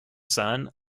son